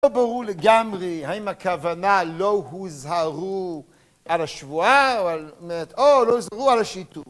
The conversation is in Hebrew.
לא ברור לגמרי האם הכוונה לא הוזהרו על השבועה או על... או לא הוזהרו על השיתוף